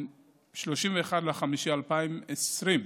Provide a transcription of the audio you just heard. מיום 31 במאי 2020,